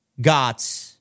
got